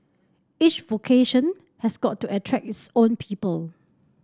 each vocation has got to attract its own people